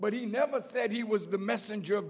but he never said he was the messenger